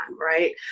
Right